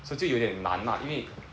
so 就有点难啊因为